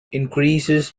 increases